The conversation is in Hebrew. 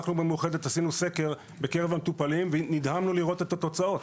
אנחנו במאוחדת עשינו סקר בקרב המטופלים ונדהמנו לראות את התוצאות,